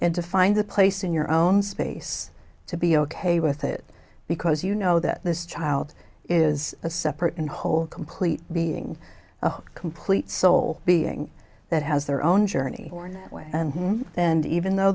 and to find a place in your own space to be ok with it because you know that this child is a separate and whole complete being a complete soul being that has their own journey or that way and even though